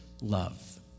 love